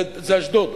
זה אשדוד.